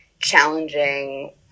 Challenging